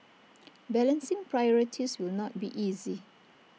balancing priorities will not be easy